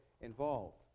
involved